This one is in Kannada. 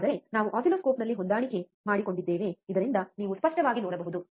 ಆದರೆ ನಾವು ಆಸಿಲ್ಲೋಸ್ಕೋಪ್ನಲ್ಲಿ ಹೊಂದಾಣಿಕೆ ಮಾಡಿಕೊಂಡಿದ್ದೇವೆ ಇದರಿಂದ ನೀವು ಸ್ಪಷ್ಟವಾಗಿ ನೋಡಬಹುದು